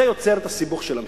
זה יוצר את הסיבוך של המחירים.